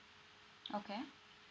okay